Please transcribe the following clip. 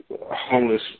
homeless